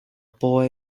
boy